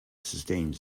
sustains